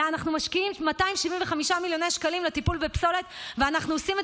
אלא אנחנו משקיעים 275 מיליון שקלים לטיפול בפסולת ואנחנו עושים את